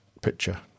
picture